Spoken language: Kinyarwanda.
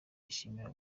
yishimiye